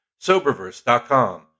Soberverse.com